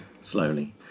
Slowly